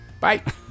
Bye